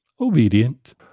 obedient